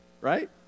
right